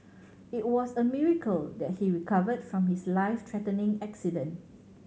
it was a miracle that he recovered from his life threatening accident